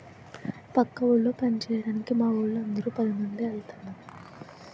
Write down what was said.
పక్క ఊళ్ళో పంచేయడానికి మావోళ్ళు అందరం పదిమంది ఎల్తన్నం